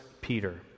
Peter